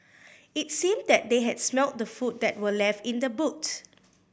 it seemed that they had smelt the food that were left in the boot